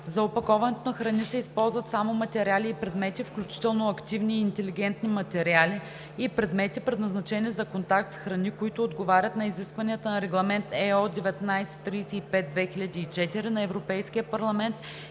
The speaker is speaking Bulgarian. За опаковането на храни се използват само материали и предмети, включително активни и интелигентни материали и предмети, предназначени за контакт с храни, които отговарят на изискванията на Регламент (ЕО) № 1935/2004 на Европейския парламент